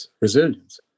resilience